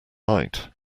light